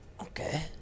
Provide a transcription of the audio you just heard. Okay